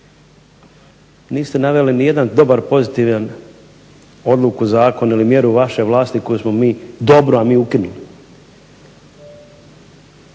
Niste naveli nijedan dobar, pozitivnu odluku, zakon ili mjeru vaše vlasti koju ste vi dobro, a mi ukinuli.